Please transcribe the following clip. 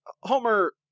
Homer